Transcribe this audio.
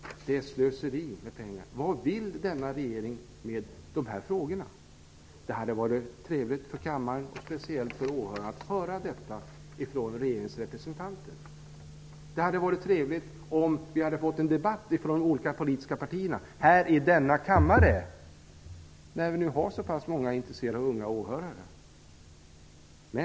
Det är slöseri med pengar. Vad vill denna regering i dessa frågor? Det hade varit trevlig för kammaren, och speciellt för åhörarna, att höra detta från regeringens representanter. Det hade varit trevligt om det hade blivit en debatt med de olika politiska partierna här i kammaren. Det finns ju så många intresserade unga åhörare här.